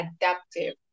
adaptive